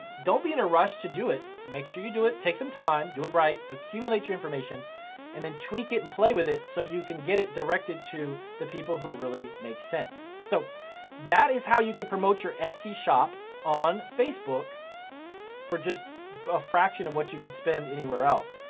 don't be in a rush to do it. make sure you do it, take some time, do it right, accumulate your information and then tweak it and play with it so you can get it directed to the people who really make sense. so that is how you can promote your etsy shop on facebook for just a fraction of what you could spend anywhere else.